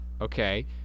Okay